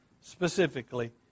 specifically